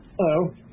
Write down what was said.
Hello